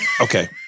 okay